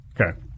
Okay